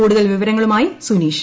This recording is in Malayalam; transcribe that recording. കൂടുതൽവിവരങ്ങളുമായിസുനീഷ്